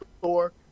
Thor